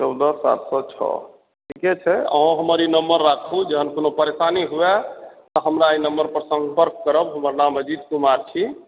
चौदह सात सए छओ ठीके छै अहाँ हमर ई नम्बर राखु जखन कोनो परेशानी हुए तऽ हमरा एहि नम्बर पर सम्पर्क करब हमर नाम अजीत कुमार छी